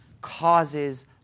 causes